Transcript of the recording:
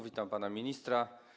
Witam pana ministra.